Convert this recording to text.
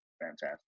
fantastic